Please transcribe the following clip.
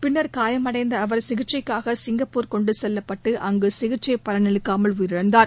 பின்னர் காயமடைந்த அவர் சிகிச்சைக்காக சிங்கப்பூர் கொண்டு செல்வப்பட்டு அங்கு சிகிச்சை பயனளிக்காமல் உயிரிழந்தார்